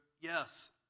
Yes